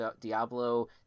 Diablo